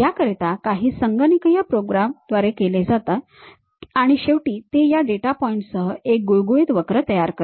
याकरिता सर्व काही संगणकीय प्रोग्रामद्वारे केले जाते आणि शेवटी ते या डेटा पॉइंट्ससह एक गुळगुळीत वक्र तयार करते